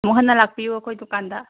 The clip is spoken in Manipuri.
ꯑꯃꯨꯛ ꯍꯟꯅ ꯂꯥꯛꯄꯤꯎ ꯑꯩꯈꯣꯏ ꯗꯨꯀꯥꯟꯗ